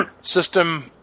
system